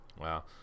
Wow